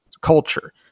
culture